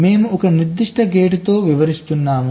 మేము ఒక నిర్దిష్ట గేటుతో వివరిస్తాము